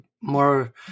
more